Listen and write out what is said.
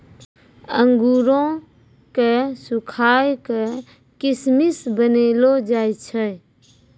अंगूरो क सुखाय क किशमिश बनैलो जाय छै